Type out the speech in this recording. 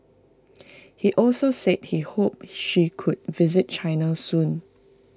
he also said he hoped she could visit China soon